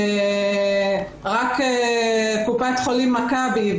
רק קופת חולים מכבי,